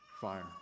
fire